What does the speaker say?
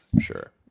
Sure